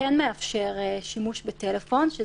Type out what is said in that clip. הכלל שנקבע פה, ותראו כחוט השני לאורך כל תקנות